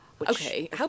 Okay